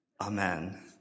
Amen